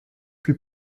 plus